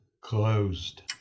Closed